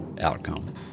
outcome